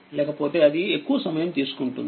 లేకపోతే అది ఎక్కువ సమయం తీసుకుంటుంది